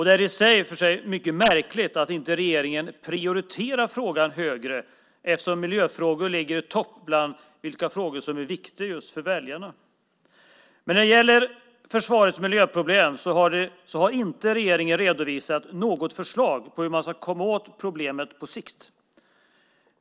Det är i sig mycket märkligt att inte regeringen prioriterar frågan högre, eftersom miljöfrågor ligger i topp bland de frågor som är viktiga för väljarna. Men när det gäller försvarets miljöproblem har regeringen inte redovisat något förslag på hur man ska komma åt problemet på sikt.